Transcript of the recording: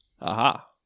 Aha